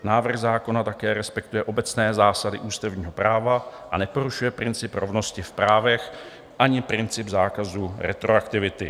Návrh zákona také respektuje obecné zásady ústavního práva a neporušuje princip rovnosti v právech ani princip zákazu retroaktivity.